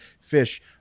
fish